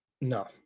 No